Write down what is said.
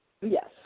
Yes